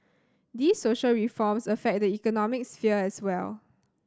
these social reforms affect the economic sphere as well